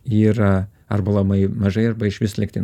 yra arba labai mažai arba išvis lektino